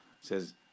says